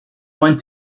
want